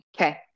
Okay